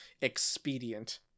expedient